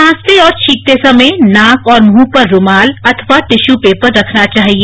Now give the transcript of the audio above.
खांसते और छौंकते समय नाक और मुंह पर रूमाल अथवा टिश्यू पेपर रखना चाहिए